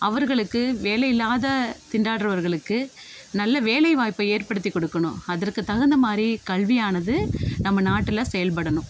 அவர்களுக்கு வேலையில்லாத திண்டாடுறவர்களுக்கு நல்ல வேலைவாய்ப்பை ஏற்படுத்தி க் டுக்கணும் அதற்கு தகுந்தமாதிரி கல்வியானது நம்ம நாட்டில் செயல்படணும்